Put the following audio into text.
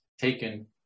taken